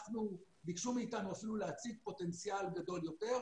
ביקשו מאיתנו אפילו להציב פוטנציאל גדול יותר.